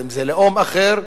ואם זה לאום אחר.